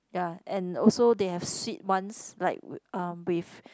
ya and also they have sweet ones like wi~ um with